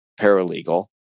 paralegal